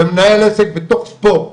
ומנהל עסק בתוך ספורט.